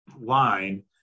line